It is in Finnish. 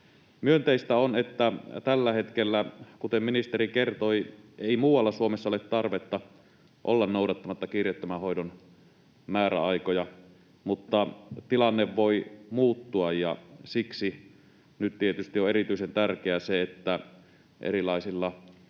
Myönteistä on, että tällä hetkellä, kuten ministeri kertoi, muualla Suomessa ei ole tarvetta olla noudattamatta kiireettömän hoidon määräaikoja, mutta tilanne voi muuttua, ja siksi nyt tietysti on erityisen tärkeää se, että erilaisilla